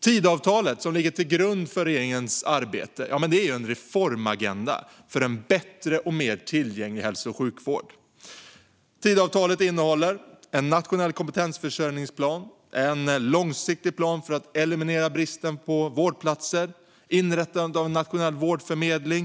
Tidöavtalet, som ligger till grund för regeringens arbete, är en reformagenda för en bättre och mer tillgänglig hälso och sjukvård. Tidöavtalet innehåller en nationell kompetensförsörjningsplan, en långsiktig plan för att eliminera bristen på vårdplatser och inrättande av en nationell vårdförmedling.